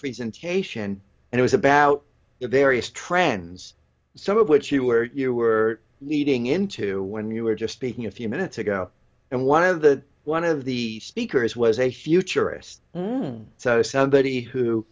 presentation and it was about the various trends some of which you were you were leading into when you were just speaking a few minutes ago and one of the one of the speakers was a futurist so somebody who